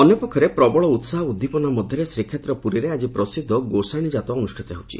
ଅନ୍ୟପକ୍ଷରେ ପ୍ରବଳ ଉହାହ ଓ ଉଦ୍ଦୀପନା ମଧ୍ଧରେ ଶ୍ରୀକ୍ଷେତ୍ର ପୁରୀରେ ଆକି ପ୍ରସିଦ୍ଧ 'ଗୋସାଣୀଯାତ' ଅନୁଷ୍ଷିତ ହେଉଛି